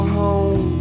home